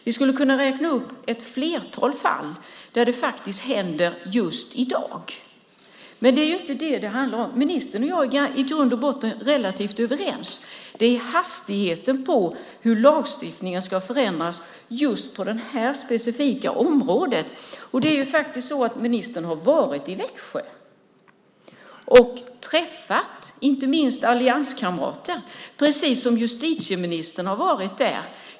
Vi skulle kunna räkna upp ett flertal fall där det faktiskt händer just i dag. Men det är inte det som det handlar om. Ministern och jag är i grund och botten relativt överens. Det är hastigheten för hur lagstiftningen ska förändras just på det här specifika området det handlar om. Det är ju faktiskt så att ministern har varit i Växjö och träffat inte minst allianskamrater, precis som justitieministern har varit där.